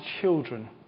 children